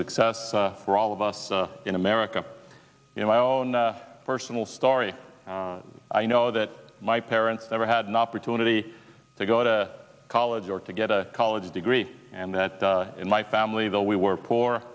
success for all of us in america you know my own personal story i know that my parents never had an opportunity to go to college or to get a college degree and that in my family though we were poor